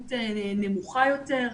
זכאות נמוכה יותר.